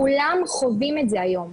כולם חווים את זה היום,